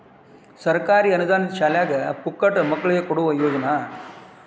ಸರ್ಕಾರಿ ಅನುದಾನಿತ ಶಾಲ್ಯಾಗ ಪುಕ್ಕಟ ಮಕ್ಕಳಿಗೆ ಕೊಡುವ ಯೋಜನಾ